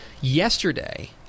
Yesterday –